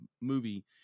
movie